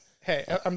Hey